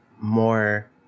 more